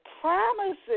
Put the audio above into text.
promises